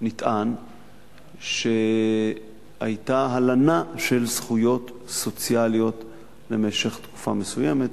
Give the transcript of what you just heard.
נטען שהיתה הלנה של זכויות סוציאליות למשך תקופה מסוימת,